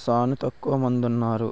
సానా తక్కువ మందున్నారు